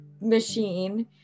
machine